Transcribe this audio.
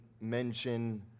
mention